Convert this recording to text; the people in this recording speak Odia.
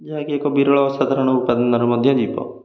ଯାହାକି ଏକ ବିରଳ ଅସାଧାରଣ ଉପାଦାନରେ ମଧ୍ୟ ଯିବ